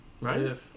right